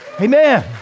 Amen